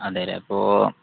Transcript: അതെ അല്ലേ അപ്പോൾ